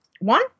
one